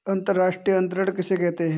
अंतर्राष्ट्रीय अंतरण किसे कहते हैं?